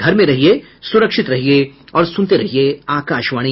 घर में रहिये सुरक्षित रहिये और सुनते रहिये आकाशवाणी